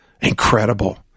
incredible